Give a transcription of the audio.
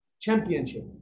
championship